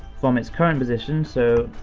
from its current position, so,